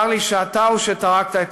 צר לי שאתה הוא שטרק את הדלת.